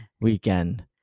weekend